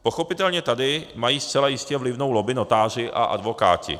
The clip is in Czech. Pochopitelně tady mají zcela jistě vlivnou lobby notáři a advokáti.